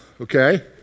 okay